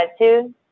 attitude